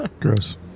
Gross